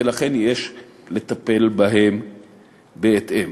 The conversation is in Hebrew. ולכן יש לטפל בהם בהתאם.